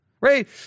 right